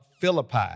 Philippi